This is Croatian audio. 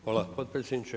Hvala potpredsjedniče.